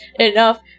enough